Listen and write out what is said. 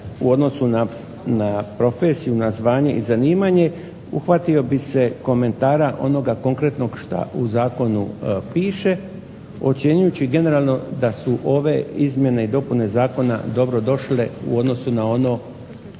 u odnosu na profesiju, na zvanje i zanimanje uhvatio bi se komentara onoga konkretnog što u zakonu piše ocjenjujući generalno da su ove izmjene i dopune zakona dobrodošle u odnosu na ono